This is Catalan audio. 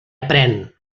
aprén